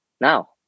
now